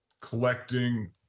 collecting